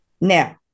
Now